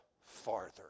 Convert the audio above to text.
farther